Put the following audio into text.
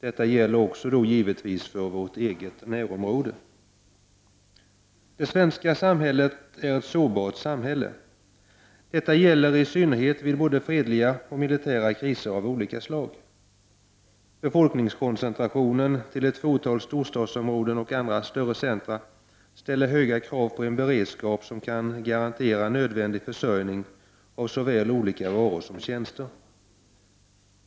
Detta gäller också då givetvis för vårt eget närområde. Det svenska samhället är ett sårbart samhälle. Detta gäller i synnerhet vid både fredliga och militära kriser av olika slag. Befolkningskoncentrationen till ett fåtal storstadsområden och andra större centra ställer höga krav på en beredskap som kan garantera nödvändig försörjning av såväl olika varor som tjänster.